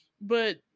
But-